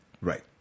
Right